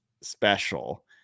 special